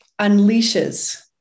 unleashes